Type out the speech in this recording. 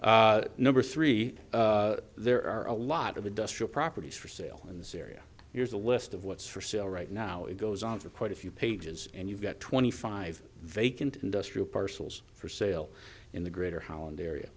number three there are a lot of industrial properties for sale in this area here's a list of what's for sale right now it goes on for quite a few pages and you've got twenty five vacant industrial parcels for sale in the greater holland area